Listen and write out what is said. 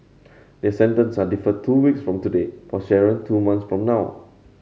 their sentence are deferred two weeks from today for Sharon two months from now